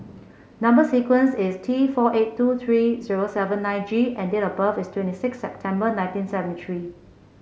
number sequence is T four eight two three zero seven nine G and date of birth is twenty six September nineteen seventy three